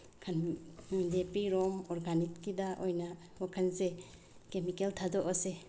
ꯂꯦꯞꯄꯤꯔꯣ ꯑꯣꯔꯒꯥꯅꯤꯛꯀꯤꯗ ꯑꯣꯏꯅ ꯋꯥꯈꯜꯁꯦ ꯀꯦꯃꯤꯀꯦꯜ ꯊꯥꯗꯣꯛꯑꯁꯦ